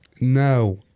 No